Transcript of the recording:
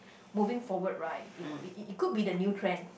moving forward right you know it it it could be the new trend